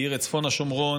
האיר את צפון השומרון,